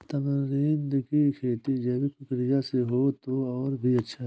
tamarind की खेती जैविक प्रक्रिया से हो तो और भी अच्छा